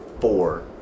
four